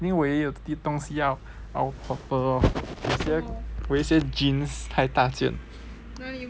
anyway 我有的东西要包 purple 有一些有一些 jeans 太大件